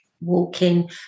walking